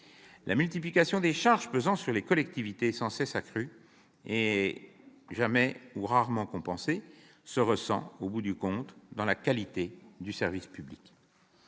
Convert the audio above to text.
La multiplication des charges pesant sur les collectivités territoriales, sans cesse accrues et jamais, ou rarement, compensées, se ressent au bout du compte dans la qualité du service public.